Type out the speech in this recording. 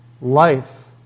Life